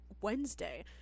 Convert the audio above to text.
Wednesday